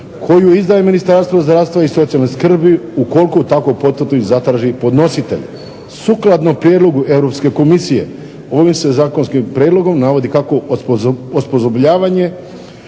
koju izdaje Ministarstvo zdravstva i socijalne skrbi ukoliko takvu potvrdu i zatraži podnositelj. Sukladno prijedlogu Europske komisije ovim se zakonskim prijedlogom navodi kako osposobljavanje